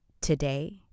today